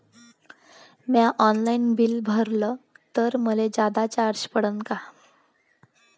म्या online bill भरलं तर मले जादा चार्ज पडन का?